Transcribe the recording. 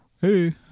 hey